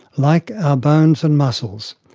like our bones and muscles,